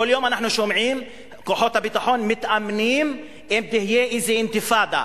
כל יום אנחנו שומעים: כוחות הביטחון מתאמנים אם תהיה איזו אינתיפאדה,